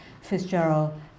Fitzgerald